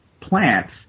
plants